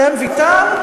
עליהם ויתרת?